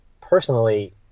personally